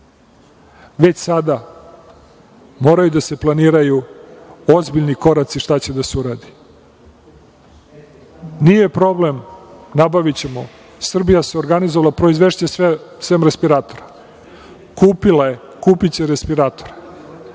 već sada moraju da se planiraju ozbiljni koraci šta će da se uradi. Nije problem, nabavićemo Srbija se organizovala, proizvešće sve sem respiratora, kupiće respiratore,